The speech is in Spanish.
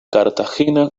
cartagena